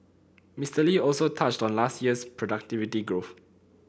Mister Lee also touched on last year's productivity growth